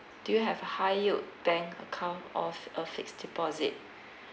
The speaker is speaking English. do you have a high yield bank account or a fixed deposit